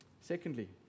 Secondly